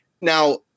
Now